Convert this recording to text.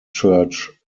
church